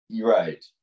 Right